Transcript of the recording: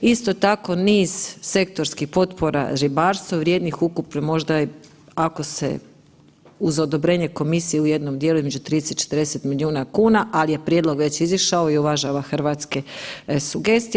Isto tako niz sektorskih potpora ribarstvu vrijednih ukupno možda ako se, uz odobrenje komisije u jednom dijelu, između 30 i 40 milijuna kuna, ali je prijedlog već izišao i uvažava hrvatske sugestije.